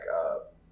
up